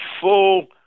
full